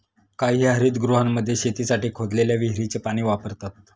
काही हरितगृहांमध्ये शेतीसाठी खोदलेल्या विहिरीचे पाणी वापरतात